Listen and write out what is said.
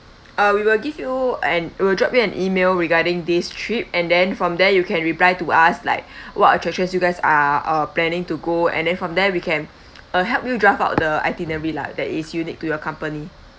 uh we will give you an we will drop you an email regarding this trip and then from there you can reply to us like what attractions you guys are uh planning to go and then from there we can uh help you draft out the itinerary lah that is unique to your company